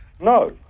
No